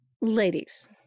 ladies